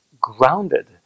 grounded